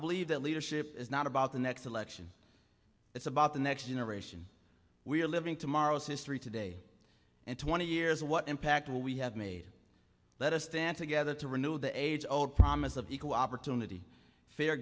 believe that leadership is not about the next election it's about the next generation we are living tomorrow's history today and twenty years what impact will we have made let us stand together to renew the age old promise of equal opportunity fair